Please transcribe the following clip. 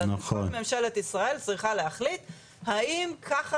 אלא כל ממשלת ישראל צריכה להחליט האם ככה